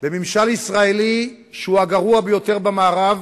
בממשל ישראלי שהוא הגרוע ביותר במערב,